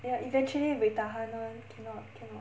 ya eventually buay tahan [one] cannot cannot